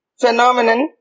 phenomenon